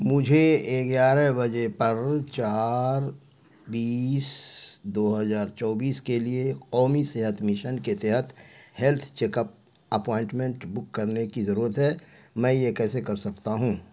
مجھے اے گیارہ بجے پر چار بیس دو ہزار چوبیس کے لیے قومی صحت مشن کے تحت health check up appointment book کرنے کی ضرورت ہے میں یہ کیسے کر سکتا ہوں